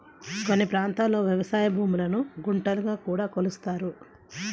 కొన్ని ప్రాంతాల్లో వ్యవసాయ భూములను గుంటలుగా కూడా కొలుస్తారు